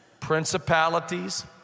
principalities